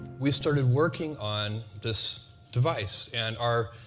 we started working on this device. and our,